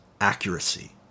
accuracy